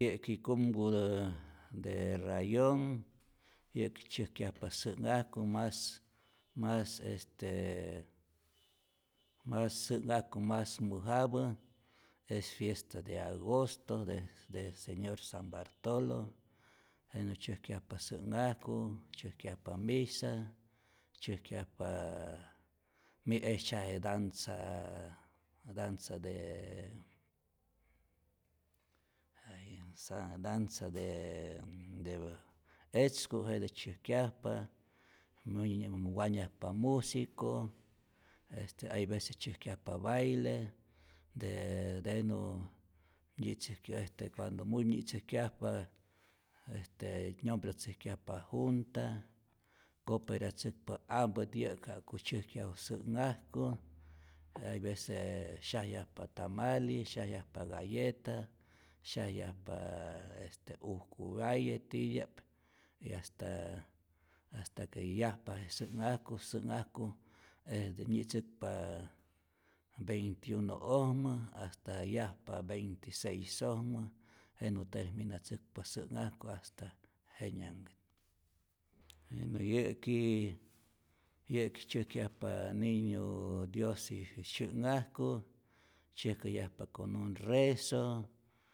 Yä'ki kumkutä de rayonh, yä'ki tzyäjkyajpa sä'nhajku, mas mas este mas sä'nhajku mas mäjapä es fiesta de agosto del del señor san bartolo, jenä tzyäjkyajpa sä'nhajku, tzyäjkyajpa misa, tzyäjkyajpa mi ejtzyaje danza danza de danza de de etzku jete tzyäjkyjpa, minyä wanyajpa musico, hay vece tzyajkyajpa baile, de denu nyitzäj cuando muy nyi'tzäjkyajpa, este nyombratzäjkyajpa junta, cooperatzäkpa ampät yä'ki ja'ku tzyäjkyaj sä'nhajku, hay vece syajyajpa tamali, syajyajpa galleta, syajyajpa estee ujku waye titya'p, y hasta hasta que yajpa je sä'nhajku, sä'nhajku este nyitzäkpa veinti uno'ojmä hasta yajpa veinti seis'ojmä, jenä terminatzäkpa sä'nhajku hasta jenyajka'p, bueno yä'ki yäki tzyäjkyajpa niñu diojsis syä'nhajku tzyäjkayajpa con un rezo.